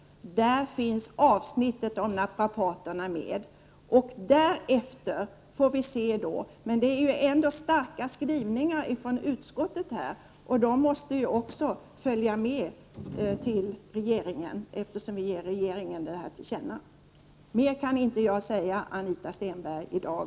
Där finns avsnittet om naprapaterna med. Därefter får vi se. Men det föreligger ju starka skrivningar från utskottet på den här punkten, och de måste följa med till regeringen, eftersom vi ger regeringen det här till känna. Mer kan jag inte säga i dag, Anita Stenberg.